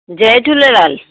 Jay Jhulelal